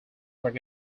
were